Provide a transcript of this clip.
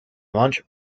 lunch